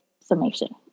summation